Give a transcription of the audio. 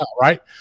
right